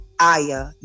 Aya